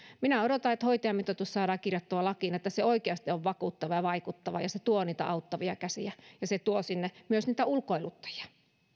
minä odotan että hoitajamitoitus saadaan kirjattua lakiin että se oikeasti on vakuuttava ja vaikuttava ja se tuo niitä auttavia käsiä ja se tuo sinne myös niitä ulkoiluttajia